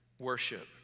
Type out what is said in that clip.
worship